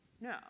No